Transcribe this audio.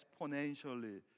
exponentially